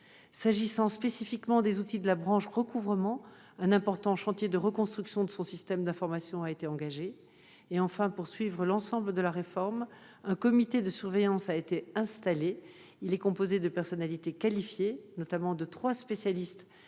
S'agissant spécifiquement des outils de la branche recouvrement, un important chantier de reconstruction de son système d'information a été engagé. Enfin, pour suivre l'ensemble de la réforme, un comité de surveillance a été installé. Il est composé de personnalités qualifiées, notamment de trois spécialistes